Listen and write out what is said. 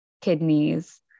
kidneys